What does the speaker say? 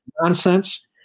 nonsense